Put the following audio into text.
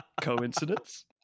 Coincidence